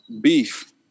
Beef